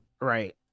Right